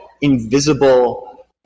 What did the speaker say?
invisible